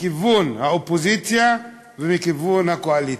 מכיוון האופוזיציה ומכיוון הקואליציה.